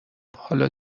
حالا